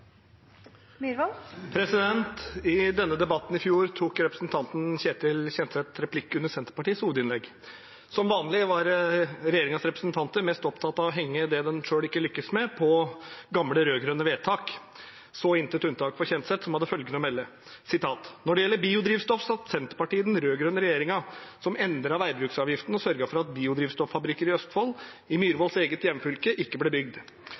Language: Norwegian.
I denne debatten i fjor tok representanten Ketil Kjenseth replikk etter Senterpartiets hovedinnlegg. Som vanlig var regjeringens representanter mest opptatt av å henge det den selv ikke lyktes med, på gamle rød-grønne vedtak – så intet unntak for Kjenseth, som hadde følgende å melde: «Når det gjelder biodrivstoff, satt Senterpartiet i den rød-grønne regjeringa, som endret veibruksavgiften og sørget for at biodrivstoffabrikker i Østfold, i representantens eget hjemfylke, ikke ble bygd.»